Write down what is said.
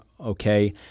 okay